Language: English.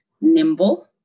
nimble